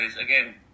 again